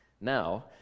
Now